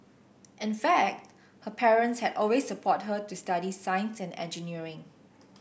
in fact her parents had always support her to study science and engineering